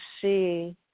see